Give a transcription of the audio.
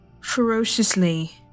ferociously